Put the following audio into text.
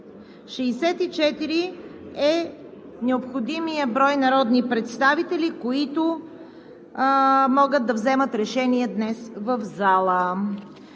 Необходимият брой народни представители, които могат да вземат решения днес в залата,